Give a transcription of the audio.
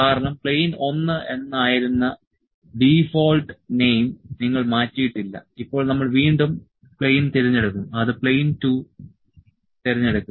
കാരണം പ്ലെയിൻ 1 എന്ന് ആയിരുന്ന ഡീഫോൾട്ട് നെയിം നിങ്ങൾ മാറ്റിയിട്ടില്ല ഇപ്പോൾ നമ്മൾ വീണ്ടും പ്ലെയിൻ തിരഞ്ഞെടുക്കും അത് പ്ലെയിൻ 2 തിരഞ്ഞെടുക്കുക